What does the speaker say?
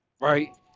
right